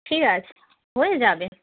ঠিক আছে হয়ে যাবে